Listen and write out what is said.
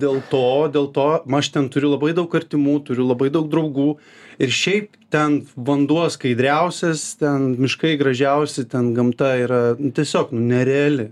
dėl to dėl to aš ten turiu labai daug artimų turiu labai daug draugų ir šiaip ten vanduo skaidriausias ten miškai gražiausi ten gamta yra tiesiog nereali